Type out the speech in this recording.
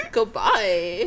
Goodbye